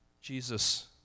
Jesus